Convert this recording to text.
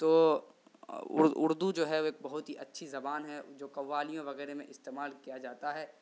تو اردو جو ہے وہ ایک بہت ہی اچھی زبان ہے جو قوالیوں وغیرہ میں استعمال کیا جاتا ہے